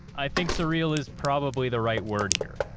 i think surreal is probably the right word here.